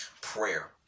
prayer